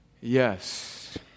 Yes